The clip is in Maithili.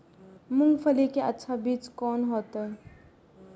मूंगफली के अच्छा बीज कोन होते?